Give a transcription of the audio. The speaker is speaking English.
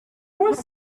was